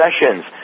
Sessions